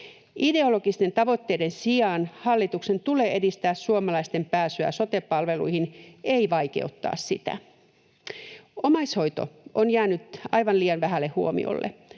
Ideologisten tavoitteiden sijaan hallituksen tulee edistää suomalaisten pääsyä sote-palveluihin, ei vaikeuttaa sitä. Omaishoito on jäänyt aivan liian vähälle huomiolle.